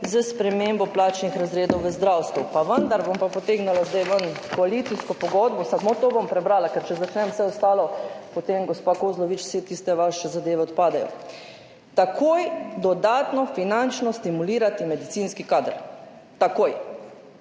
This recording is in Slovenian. s spremembo plačnih razredov v zdravstvu. Pa vendar bom potegnila zdaj ven koalicijsko pogodbo, samo to bom prebrala, ker če začnem vse ostalo, potem, gospa Kozlovič, vse tiste vaše zadeve odpadejo. »Takoj dodatno finančno stimulirati medicinski kader.« Takoj.